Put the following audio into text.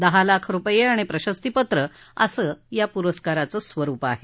दहा लाख रुपये आणि प्रशस्तीपत्र असं या पुरस्काराचं स्वरुप आहे